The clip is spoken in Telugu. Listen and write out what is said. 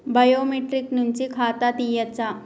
బయోమెట్రిక్ నుంచి ఖాతా తీయచ్చా?